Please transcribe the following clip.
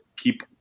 keep